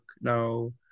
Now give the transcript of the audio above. now